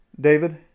David